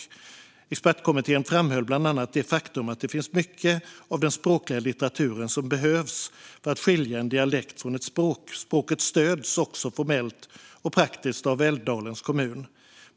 Expertkommittén framhåller bland annat det faktum att det finns mycket av den språkliga litteratur som behövs för att skilja en dialekt från ett språk. Språket stöds också formellt och praktiskt av Älvdalens kommun.